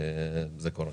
זה קורה.